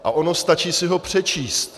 A ono stačí si ho přečíst.